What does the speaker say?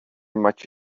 much